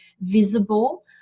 visible